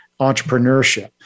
entrepreneurship